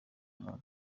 muntu